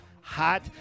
hot